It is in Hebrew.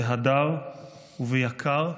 בהדר וביקר,